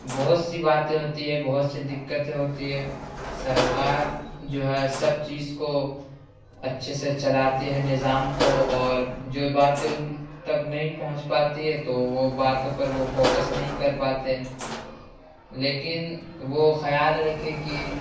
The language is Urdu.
بہت سی باتیں ہوتی ہے بہت سی دقتیں ہوتی ہے سرکار جو ہے سب چیز کو اچھے سے چلاتی ہے نظام کو اور جو باتیں ان تک نہیں پہنچ پاتی ہے تو وہ باتوں پر وہ فوکس نہیں کرپاتے لیکن وہ خیال رکھے کہ